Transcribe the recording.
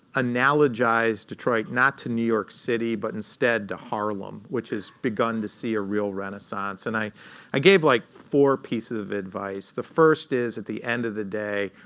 analogized detroit, not to new york city, but instead, to harlem, which has begun to see a real renaissance. and i ah gave like four pieces of advice. the first is at the end of the day,